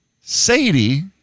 Sadie